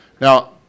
Now